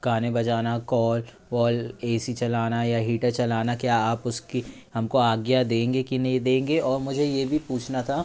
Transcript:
गाने बजाना कॉल वॉल ए सी चलाना या हीटर चलाना क्या आप उसकी हम को आज्ञा देंगे कि नहीं देंगे और मुझे ये भी पूछना था